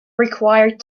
required